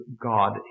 God